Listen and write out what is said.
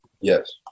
Yes